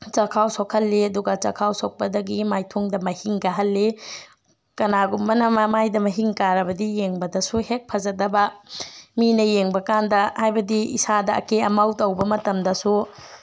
ꯆꯥꯛꯈꯥꯎ ꯁꯣꯛꯍꯟꯂꯤ ꯑꯗꯨꯒ ꯆꯥꯛꯈꯥꯎ ꯁꯣꯛꯄꯗꯒꯤ ꯃꯥꯏꯊꯣꯡꯗ ꯃꯥꯏꯍꯤꯡ ꯀꯥꯍꯟꯂꯤ ꯀꯅꯥꯒꯨꯝꯕꯅ ꯃꯃꯥꯏꯗ ꯃꯥꯏꯍꯤꯡ ꯀꯥꯔꯕꯗꯤ ꯌꯦꯡꯕꯗꯁꯨ ꯍꯦꯛ ꯐꯖꯗꯕ ꯃꯤꯅ ꯌꯦꯡꯕ ꯀꯥꯟꯗ ꯍꯥꯏꯕꯗꯤ ꯏꯁꯥꯗ ꯑꯀꯦ ꯑꯃꯣ ꯇꯧꯕ ꯃꯇꯝꯗꯁꯨ